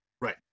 right